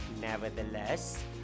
Nevertheless